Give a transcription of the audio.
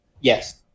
yes